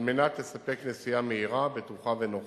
על מנת לספק נסיעה מהירה, בטוחה ונוחה.